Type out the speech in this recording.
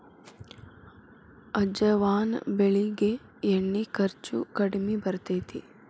ಅಜವಾನ ಬೆಳಿಗೆ ಎಣ್ಣಿ ಖರ್ಚು ಕಡ್ಮಿ ಬರ್ತೈತಿ